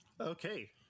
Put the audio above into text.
Okay